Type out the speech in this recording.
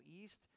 East